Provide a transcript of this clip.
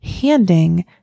handing